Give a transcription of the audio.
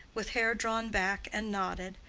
with hair drawn back and knotted,